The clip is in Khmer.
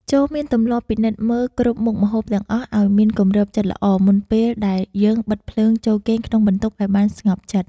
ចូរមានទម្លាប់ពិនិត្យមើលគ្រប់មុខម្ហូបទាំងអស់ឱ្យមានគម្របជិតល្អមុនពេលដែលយើងបិទភ្លើងចូលគេងក្នុងបន្ទប់ឱ្យបានស្ងប់ចិត្ត។